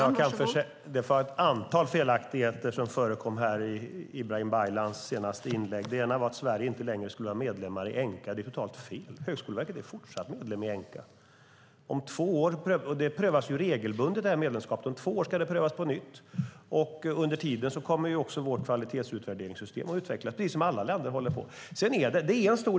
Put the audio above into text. Fru talman! Det var ett antal felaktigheter som förekom i Ibrahim Baylans senaste inlägg. Det ena var att Sverige inte längre skulle vara medlem i Enqa. Det är totalt fel. Högskoleverket är fortsatt medlem i Enqa, och medlemskapet prövas regelbundet. Om två år ska det prövas på nytt. Under tiden kommer också vårt kvalitetsutvärderingssystem att utvecklas. Det är det som alla länder håller på med.